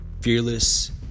fearless